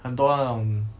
很多那种